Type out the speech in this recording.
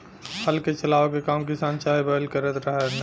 हल के चलावे के काम किसान चाहे बैल करत रहलन